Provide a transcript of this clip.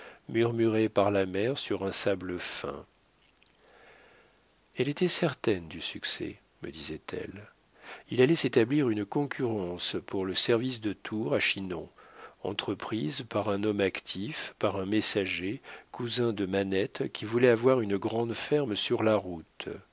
murmurés par la mer sur un sable fin elle était certaine du succès me disait-elle il allait s'établir une concurrence pour le service de tours à chinon entreprise par un homme actif par un messager cousin de manette qui voulait avoir une grande ferme sur la route